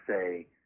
say